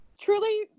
Truly